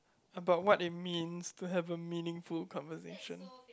about what it means to have a meaningful conversation